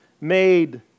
made